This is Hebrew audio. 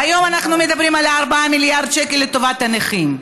והיום אנחנו מדברים על 4 מיליארד שקל לטובת הנכים.